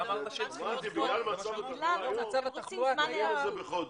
אמרתי בגלל מצב התחלואה היום, נדחה את זה בחודש.